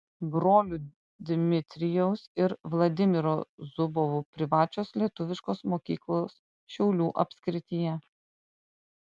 brolių dmitrijaus ir vladimiro zubovų privačios lietuviškos mokyklos šiaulių apskrityje